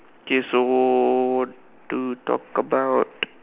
okay so to talk about